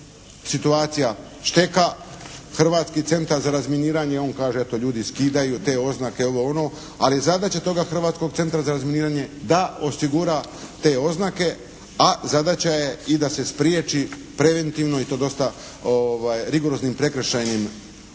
Hrvatski centar za razminiranje on kaže eto ljudi skidaju te oznake, ovo-ono, ali zadaća toga Hrvatskog centra za razminiranje da osigura te oznake, a zadaća je i da se spriječi preventivno i to dosta rigoroznim prekršajnim